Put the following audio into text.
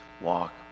walk